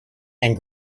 and